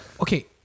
Okay